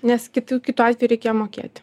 nes kitu kitu atveju reikėjo mokėti